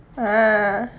ah